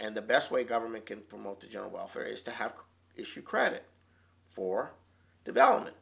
and the best way government can promote the general welfare is to have issue credit for development